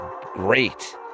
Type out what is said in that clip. great